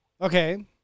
Okay